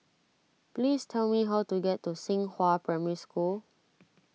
please tell me how to get to Xinghua Primary School